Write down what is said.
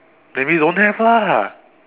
that means don't have lah